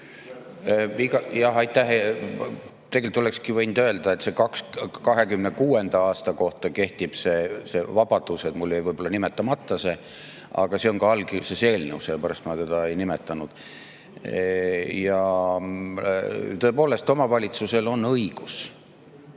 Aitäh! Tegelikult olekski võinud öelda, et 2026. aasta kohta kehtib see vabadus. Mul jäi see võib-olla nimetamata, aga see on ka algses eelnõus, seepärast ma seda ei nimetanud. Ja tõepoolest, omavalitsusel on õigus